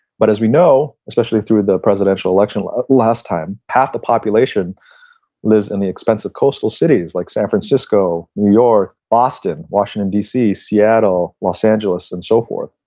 but as we know especially through the presidential election last last time half the population live in the expensive coastal cities like san francisco, new york, boston, washington d c, seattle, los angeles and so forth.